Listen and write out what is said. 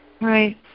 right